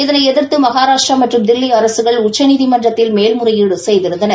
இதனை எதிர்த்து மகாராஷ்டிரா மற்றும் தில்லி அரசுகள் உச்சநீதிமன்றத்தில் மேல்முறையீடு சுய்திருந்தன